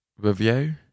Review